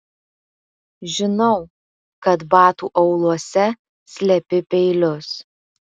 žinau kad batų auluose slepi peilius